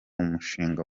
mushinga